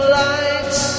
lights